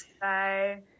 Bye